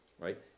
right